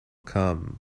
come